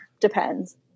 depends